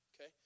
Okay